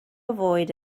avoid